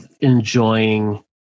enjoying